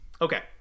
Okay